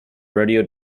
rodeo